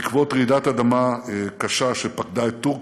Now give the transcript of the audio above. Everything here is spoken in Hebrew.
בעקבות רעידת אדמה קשה שפקדה את טורקיה.